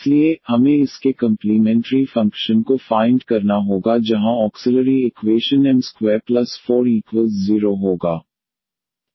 इसलिए हमें इसके कंप्लीमेंट्री फंक्शन को फाइन्ड करना होगा जहां ऑक्सिलरी इक्वेशन m240 होगा